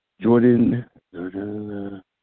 Jordan